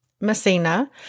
Messina